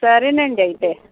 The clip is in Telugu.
సరేనండి అయితే